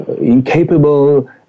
incapable